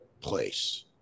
place